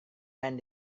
lain